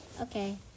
Okay